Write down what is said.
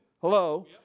Hello